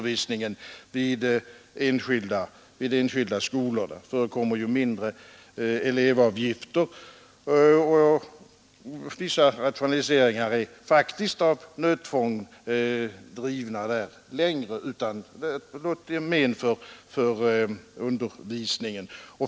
Vid enskilda skolor förekommer ju elevavgifter, och vissa rationaliseringar är faktiskt av nödtvång drivna längre där utan något men för undervisningen.